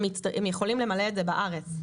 הם יכולים למלא את זה בארץ.